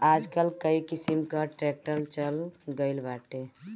आजकल कई किसिम कअ ट्रैक्टर चल गइल बाटे